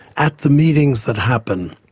at the meetings that happen,